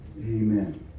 Amen